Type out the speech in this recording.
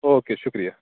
okay شکریہ